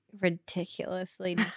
ridiculously